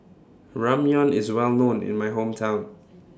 Ramyeon IS Well known in My Hometown